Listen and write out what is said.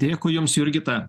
dėkui jums jurgita